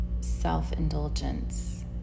self-indulgence